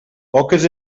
poques